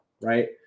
right